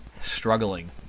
struggling